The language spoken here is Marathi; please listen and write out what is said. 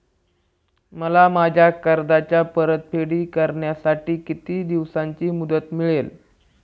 मला माझ्या कर्जाची परतफेड करण्यासाठी किती दिवसांची मुदत मिळेल?